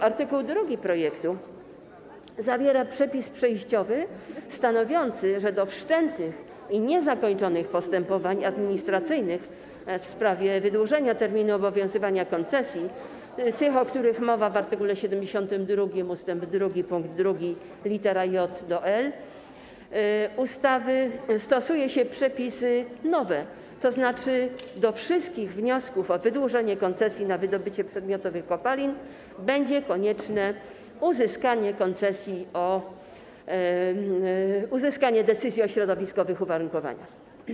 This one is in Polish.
Art. 2 projektu zawiera przepis przejściowy stanowiący, że do wszczętych i niezakończonych postępowań administracyjnych w sprawie wydłużenia terminu obowiązywania koncesji, tych, o których mowa w art. 72 ust. 2 pkt 2 lit. j-l ustawy, stosuje się przepisy nowe, tzn. do wszystkich wniosków o wydłużenie koncesji na wydobycie przedmiotowych kopalin będzie konieczne uzyskanie decyzji o środowiskowych uwarunkowaniach.